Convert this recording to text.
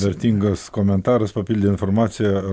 vertingas komentaras papildė informaciją